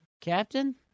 Captain